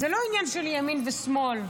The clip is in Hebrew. זה לא עניין של ימין ושמאל.